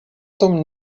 tom